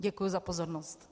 Děkuji za pozornost.